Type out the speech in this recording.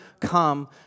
come